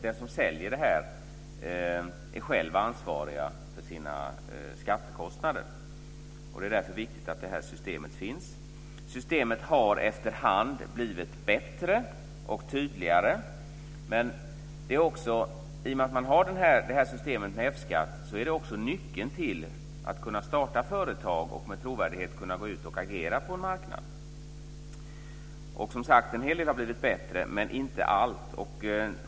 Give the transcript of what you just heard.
Den som säljer tjänsten är själv ansvarig för sina skattekostnader. Det är därför viktigt att det här systemet finns. Systemet har efter hand blivit bättre och tydligare. Systemet med F-skatt är också nyckeln till att kunna starta företag och att med trovärdighet kunna gå ut och agera på en marknad. Som sagt har en hel del blivit bättre men inte allt.